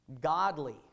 godly